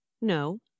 No